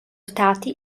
dotati